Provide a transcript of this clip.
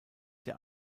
der